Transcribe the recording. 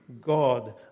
God